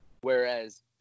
Whereas